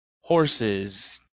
horses